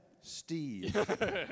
Steve